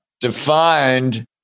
defined